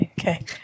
Okay